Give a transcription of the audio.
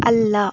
ಅಲ್ಲ